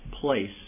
place